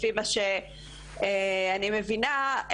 לפי מה שאני מבינה,